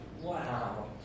wow